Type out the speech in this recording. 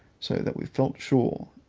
so that we felt sure